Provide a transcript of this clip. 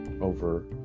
over